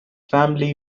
family